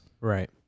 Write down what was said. Right